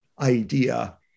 idea